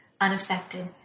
unaffected